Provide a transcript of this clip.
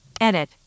Edit